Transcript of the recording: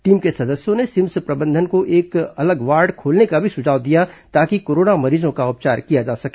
team के सदस्यों ने सिम्स प्रबंधन को एक अलग वार्ड खोलने का भी सुझाव दिया ताकि कोरोना मरीजों का उपचार किया जा सके